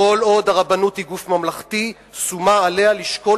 כל עוד הרבנות היא גוף ממלכתי שומה עליה לשקול